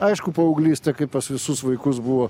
aišku paauglystė kai pas visus vaikus buvo